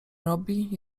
robi